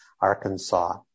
Arkansas